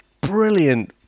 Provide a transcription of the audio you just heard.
brilliant